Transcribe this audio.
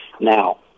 Now